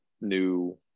new